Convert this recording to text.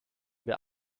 wir